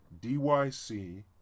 DYC